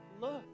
look